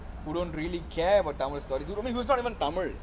who don't really care about tamil stories who is not even tamil